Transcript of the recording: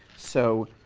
so